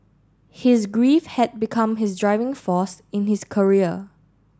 his grief had become his driving force in his career